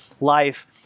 life